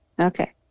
Okay